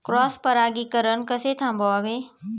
Cross परागीकरण कसे थांबवावे?